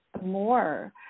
more